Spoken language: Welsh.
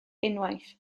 unwaith